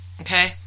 Okay